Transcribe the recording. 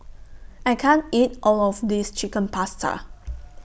I can't eat All of This Chicken Pasta